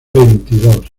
veintidós